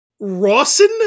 Rawson